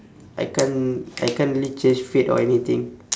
I can't I can't really change fate or anything